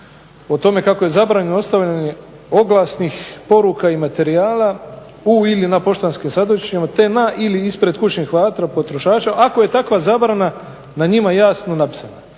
o tome kako je zabranjeno ostavljanje oglasnih poruka i materijala u ili na poštanskim sandučićima te na ili ispred kućnih vrata potrošača ako je takva zabrana na njima jasno napisana.